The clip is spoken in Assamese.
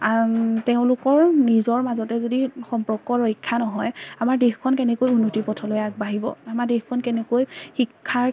তেওঁলোকৰ নিজৰ মাজতে যদি সম্পৰ্ক ৰক্ষা নহয় আমাৰ দেশখন কেনেকৈ উন্নতিৰ পথলৈ আগবাঢ়িব আমাৰ দেশখন কেনেকৈ শিক্ষাৰ